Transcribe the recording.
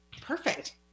Perfect